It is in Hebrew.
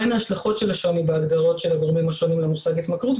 מהן ההשלכות של השוני בהגדרות של הגורמים השונים למושג התמכרות,